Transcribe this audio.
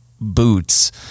boots